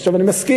עכשיו, אני מסכים,